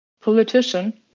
politician